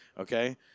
Okay